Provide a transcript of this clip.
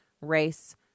race